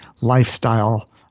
lifestyle